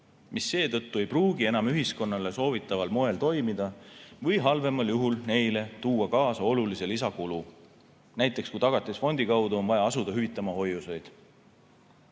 mis seetõttu ei pruugi enam ühiskonnale soovitaval moel toimida või halvemal juhul toob neile kaasa märgatava lisakulu, näiteks kui Tagatisfondi kaudu on vaja asuda hüvitama hoiuseid.